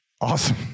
awesome